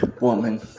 woman